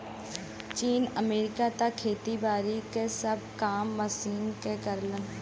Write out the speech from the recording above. चीन, अमेरिका त खेती बारी के सब काम मशीन के करलन